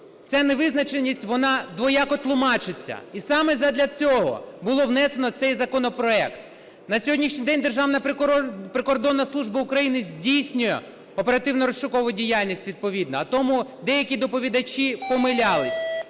ця невизначеність, вона двояко тлумачиться. І саме задля цього було внесено цей законопроект. На сьогоднішній день Державна прикордонна служба України здійснює оперативно-розшукову діяльність відповідну, а тому деякі доповідачі помилялись.